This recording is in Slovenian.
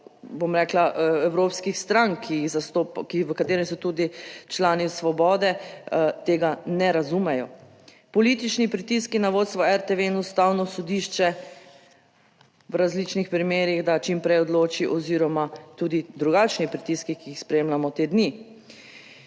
bom rekla, evropskih strank, ki jih zastopa, v katerem so tudi člani Svobode, tega ne razumejo. Politični pritiski na vodstvo RTV in Ustavno sodišče v različnih primerih, da čim prej odloči oziroma tudi drugačni pritiski, ki jih spremljamo te dni.